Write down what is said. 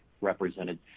represented